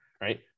right